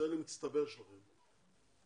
בניסיון המצטבר שלכם,